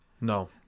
No